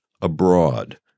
abroad